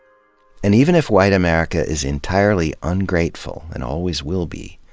and even if white america is entirely ungrateful and always will be,